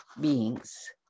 beings